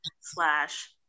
slash